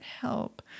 help